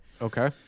Okay